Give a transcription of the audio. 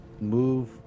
move